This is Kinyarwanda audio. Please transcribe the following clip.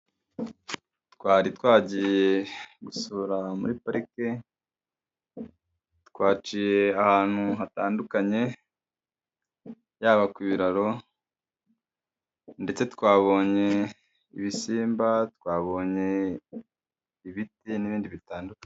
Twari twagiye gusura muri parike, twaciye ahantu hatandukanye, yaba ku birararo ndetse twabonye ibisimba, twabonye ibiti, n'ibindi bitandukanye.